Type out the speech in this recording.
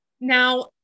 Now